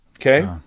Okay